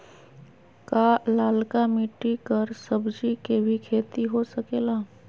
का लालका मिट्टी कर सब्जी के भी खेती हो सकेला?